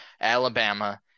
Alabama –